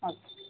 okay